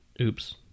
Oops